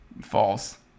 False